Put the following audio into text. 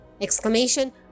exclamation